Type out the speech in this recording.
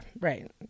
right